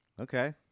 Okay